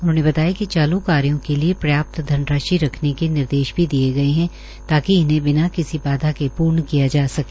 उन्होंने बताया कि चालू कार्यो के लिए पर्याप्त धनराशि रखने के निर्देश भी दिए गए है ताकि इन्हें बिना किसी बाधा के पूर्ण किया जा सके